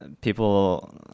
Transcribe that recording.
people